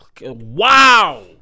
wow